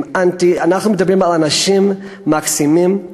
אנחנו מדברים על אנשים מקסימים,